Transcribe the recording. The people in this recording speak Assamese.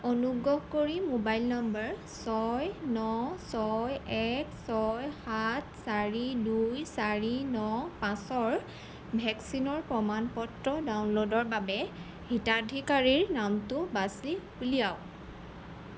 অনুগ্ৰহ কৰি মোবাইল নম্বৰ ছয় ন ছয় এক ছয় সাত চাৰি দুই চাৰি ন পাঁচৰ ভেকচিনৰ প্ৰমাণ পত্ৰ ডাউনলোডৰ বাবে হিতাধিকাৰীৰ নামটো বাছি উলিয়াওক